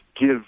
give